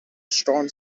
stone